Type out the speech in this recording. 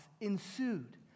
ensued